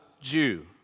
Jew